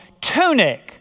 tunic